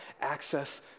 access